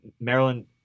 Maryland